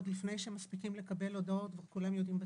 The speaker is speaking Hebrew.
עוד לפני שמספיקים לקבל הודעות כולם כבר יודעים בתקשורת.